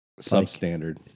substandard